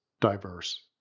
diverse